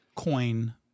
Coin